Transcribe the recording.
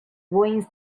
ruins